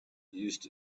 used